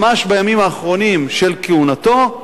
ממש בימים האחרונים של כהונתו,